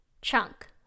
chunk